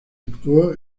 actuó